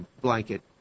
blanket